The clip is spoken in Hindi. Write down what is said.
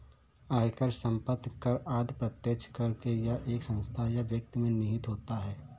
आयकर, संपत्ति कर आदि प्रत्यक्ष कर है यह एक संस्था या व्यक्ति में निहित होता है